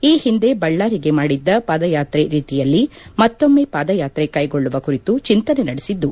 ಈ ಹಿಂದೆ ಬಳ್ಳಾರಿಗೆ ಮಾಡಿದ್ದ ಪಾದಯಾತ್ರೆ ರೀತಿಯಲ್ಲಿ ಮತ್ತೊಮ್ಮೆ ಪಾದಯಾತ್ರೆ ಕೈಗೊಳ್ಳುವ ಕುರಿತು ಜಿಂತನೆ ನಡೆಸಿದ್ದು